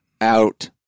out